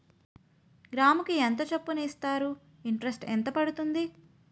గ్రాముకి ఎంత చప్పున ఇస్తారు? ఇంటరెస్ట్ ఎంత పడుతుంది?